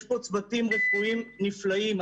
יש פה צוותים רפואיים נפלאים.